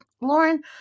Lauren